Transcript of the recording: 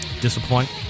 disappoint